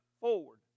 forward